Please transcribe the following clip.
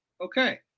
Okay